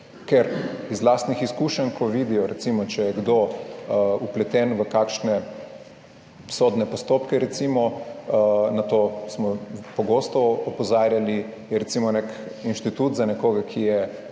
Ker iz lastnih izkušenj, ko vidijo recimo, če je kdo vpleten v kakšne sodne postopke, recimo, na to smo pogosto opozarjali, je recimo nek inštitut za nekoga, ki je